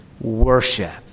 worship